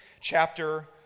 chapter